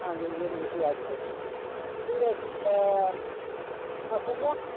হ্যাঁ বেগুন বেশি আছে ঠিক আছে তা আর কুমড়া